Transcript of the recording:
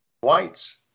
Whites